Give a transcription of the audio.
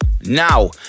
now